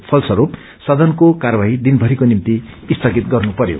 फलस्वरूप सदनको कार्यवाही दिनमरिको निम्ति स्थगित गर्नुपरयो